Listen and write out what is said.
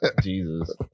Jesus